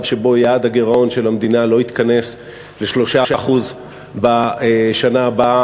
שבו יעד הגירעון של המדינה לא יתכנס ל-3% בשנה הבאה.